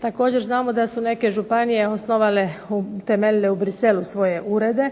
Također znamo da su neke županije osnovale, utemeljile u Bruxellesu svoje urede